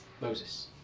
Moses